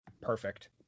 Perfect